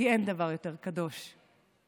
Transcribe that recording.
כי אין דבר יותר קדוש מכם.